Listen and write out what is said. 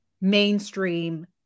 mainstream